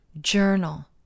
journal